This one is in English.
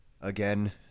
Again